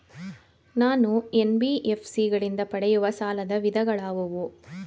ನಾನು ಎನ್.ಬಿ.ಎಫ್.ಸಿ ಗಳಿಂದ ಪಡೆಯುವ ಸಾಲದ ವಿಧಗಳಾವುವು?